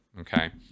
Okay